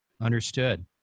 Understood